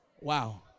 wow